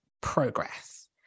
progress